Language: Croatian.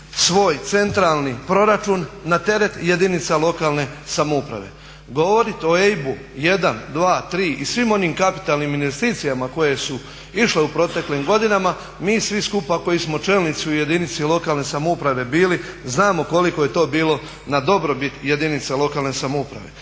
svoj centralni proračun na teret jedinica lokalne samouprave. Govorit o EIB-u 1, 2, 3 i svim onim kapitalnim investicijama koje su išle u proteklim godinama mi svi skupa koji smo čelnici u jedinici lokalne samouprave bili znamo koliko je to bilo na dobrobit jedinice lokalne samouprave.